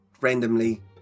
randomly